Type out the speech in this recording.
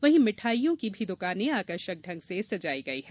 वहीं मिठाइयों की भी दुकाने आकर्षक ढंग से सजायी गयी है